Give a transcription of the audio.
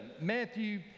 Matthew